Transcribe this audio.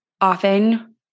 often